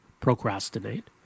procrastinate